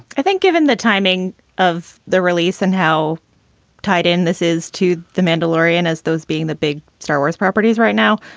i think, given the timing of the release and how tight in this is to the mandar and laurean as those being the big starwars properties right now,